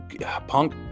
Punk